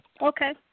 Okay